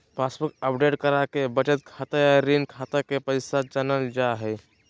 passbook update कराके बचत खाता या ऋण खाता के पैसा जानल जा हय